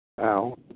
Now